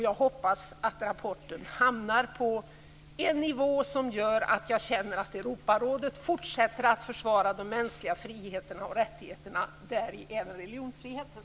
Jag hoppas att rapporten hamnar på en nivå som gör att jag känner att Europarådet fortsätter att försvara de mänskliga friheterna och rättigheterna, däribland religionsfriheten.